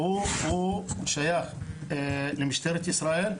הוא שייך למשטרת ישראל,